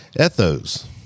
Ethos